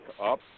up